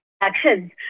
actions